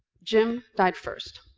jim died first.